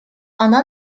она